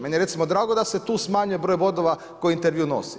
Meni je recimo drago da se tu smanji broj bodova koji intervju nosi.